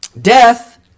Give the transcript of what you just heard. Death